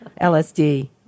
LSD